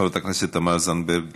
חברת הכנסת תמר זנדברג,